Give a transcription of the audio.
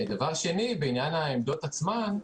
דבר שני, בעניין העמדות עצמן,